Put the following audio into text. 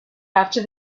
after